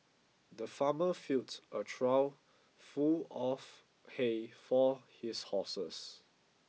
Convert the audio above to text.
the farmer filled a trough full of hay for his horses